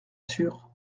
sûr